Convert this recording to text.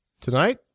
tonight